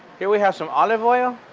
here we have some olive oil,